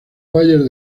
bayern